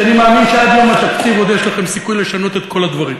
שאני מאמין שעד יום התקציב עוד יש לכם סיכוי לשנות את כל הדברים,